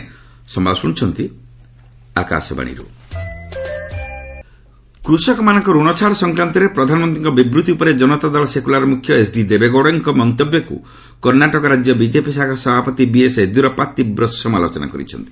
Karnataka BJP କୃଷକମାନଙ୍କ ଋଣ ଛାଡ଼ ସଂକ୍ରାନ୍ତରେ ପ୍ରଧାନମନ୍ତ୍ରୀଙ୍କ ବିବୃତ୍ତି ଉପରେ ଜନତା ଦଳ ସେକୁଲାର ମୁଖ୍ୟ ଏଚ୍ଡି ଦେବେଗୌଡ଼ାଙ୍କ ମନ୍ତବ୍ୟକୁ କର୍ଣ୍ଣାଟକ ରାଜ୍ୟ ବିଜେପି ଶାଖା ସଭାପତି ବିଏସ୍ ୟେଦୁରାପ୍ପା ତୀବ୍ର ସମାଲୋଚନା କରିଛନ୍ତି